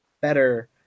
better